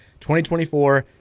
2024